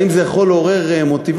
האם זה יכול לעורר מוטיבציה?